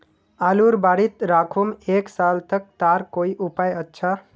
आलूर बारित राखुम एक साल तक तार कोई उपाय अच्छा?